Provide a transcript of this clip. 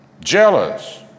jealous